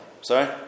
sorry